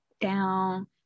down